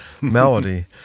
melody